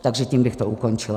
Takže tím bych to ukončila.